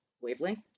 wavelength